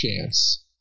chance